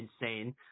insane